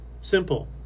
Simple